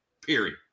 period